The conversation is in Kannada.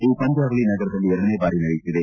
ಈ ಪಂದ್ಯಾವಳಿ ನಗರದಲ್ಲಿ ಎರಡನೇ ಬಾರಿ ನಡೆಯುತ್ತಿದೆ